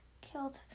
Killed